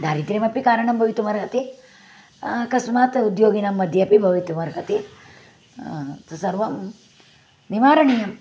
दारिद्र्यमपि कारणं भवितुमर्हति अकस्मात् उद्योगिनां मध्येपि भवितुमर्हति तत्सर्वं निवारणीयम्